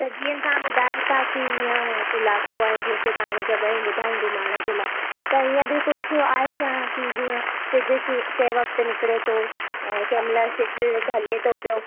त जीअं तव्हां ॿुधायो था की हीअं इलाइक़ो आहे जेके तव्हां हाणे जॻहियूं ॿुधाइयूं घुमाइण जे लाइ त हीअं बि कुझु आहे छा की जीअं त जेकी कंहिं वक़्तु निकिरे थो ऐं कंहिंमहिल सिजु ढले थो पियो